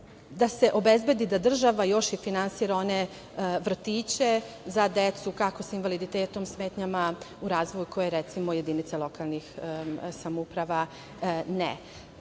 da se obezbedi da država još i finansira one vrtiće za decu kako sa invaliditetom, smetnjama u razvoju, koje, recimo, jedinice lokalnih samouprava